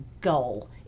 goal